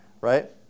Right